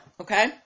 Okay